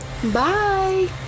Bye